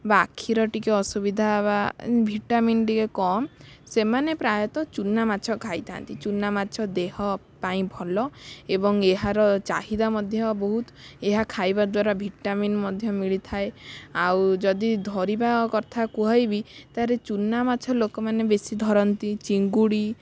ବା ଆଖିର ଟିକେ ଅସୁବିଧା ବା ଭିଟାମିନ୍ ଟିକେ କମ୍ ସେମାନେ ପ୍ରାୟତଃ ଚୂନା ମାଛ ଖାଇଥାନ୍ତି ଚୂନା ମାଛ ଦେହ ପାଇଁ ଭଲ ଏବଂ ଏହାର ଚାହିଦା ମଧ୍ୟ ବହୁତ ଏହା ଖାଇବା ଦ୍ୱାରା ଭିଟାମିନ୍ ମଧ୍ୟ ମିଳିଥାଏ ଆଉ ଯଦି ଧରିବା କଥା କୁହାଇବି ତା'ହେଲେ ଚୂନା ମାଛ ଲୋକମାନେ ବେଶୀ ଧରନ୍ତି ଚିଙ୍ଗୁଡ଼ି